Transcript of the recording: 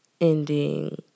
ending